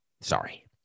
Sorry